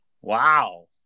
Wow